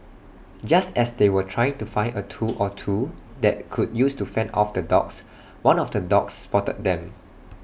just as they were trying to find A tool or two that could use to fend off the dogs one of the dogs spotted them